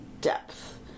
depth